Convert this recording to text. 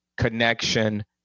connection